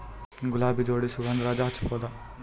ಗುಲಾಬಿ ಜೋಡಿ ಸುಗಂಧರಾಜ ಹಚ್ಬಬಹುದ?